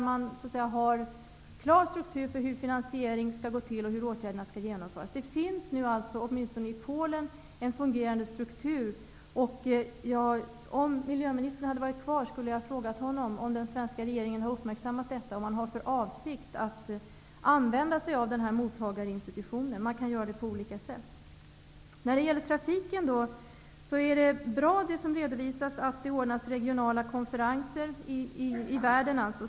Man har en klar struktur för hur finansiering skall gå till och hur åtgärderna skall genomföras. Det finns nu alltså åtminstone i Polen en fungerande struktur. Om miljöministern hade varit kvar i kammaren hade jag frågat honom om den svenska regeringen har uppmärksammat detta och om den har för avsikt att använda sig av denna mottagarinstitution. Man kan göra det på olika sätt. När det gäller trafiken är det bra, vilket redovisas, att det ordnas regionala konferener runt om i världen.